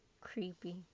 creepy